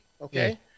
Okay